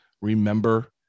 Remember